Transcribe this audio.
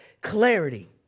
clarity